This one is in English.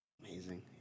amazing